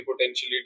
potentially